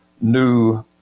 new